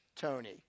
Tony